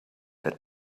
had